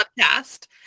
podcast